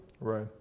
right